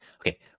Okay